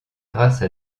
grâce